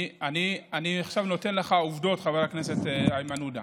אני עכשיו נותן לך עובדות, חבר הכנסת איימן עודה.